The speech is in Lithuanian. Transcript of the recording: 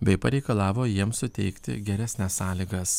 bei pareikalavo jiems suteikti geresnes sąlygas